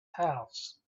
house